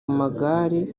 magare